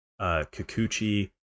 Kikuchi